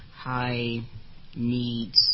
high-needs